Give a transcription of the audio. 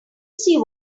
see